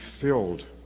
filled